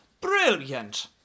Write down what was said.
Brilliant